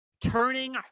turning